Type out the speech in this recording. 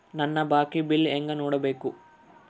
ನನ್ನ ಬಾಕಿ ಬಿಲ್ ಹೆಂಗ ನೋಡ್ಬೇಕು?